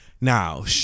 Now